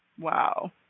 Wow